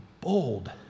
bold